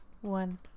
one